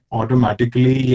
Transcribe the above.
automatically